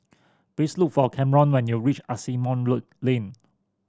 please look for Camron when you reach Asimont Lane